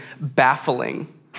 baffling